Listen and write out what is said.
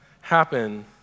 happen